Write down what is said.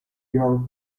europe